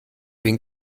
bin